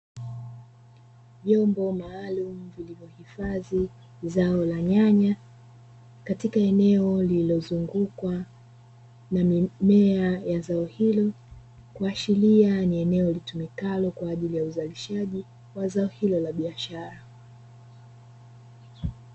Vyombo maalumu vilivyohifadhi zao la nyanya, katika eneo lililozungukwa na mimea ya zao hilo. Kuashiria ni eneo litumikalo kwa ajili ya uzalishaji wa zao hilo la biashara.